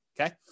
okay